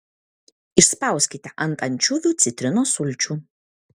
išspauskite ant ančiuvių citrinos sulčių